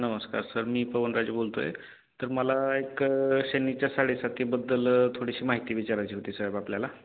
नमस्कार सर मी पवनराजे बोलतो आहे तर मला एक शनिच्या साडेसातीबद्दल थोडीशी माहिती विचारायची होती साहेब आपल्याला